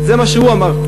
זה מה שהוא אמר.